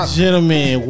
gentlemen